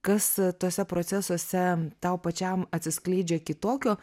kas tuose procesuose tau pačiam atsiskleidžia kitokio